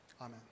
Amen